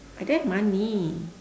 I don't have money